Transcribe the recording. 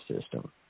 System